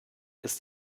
ist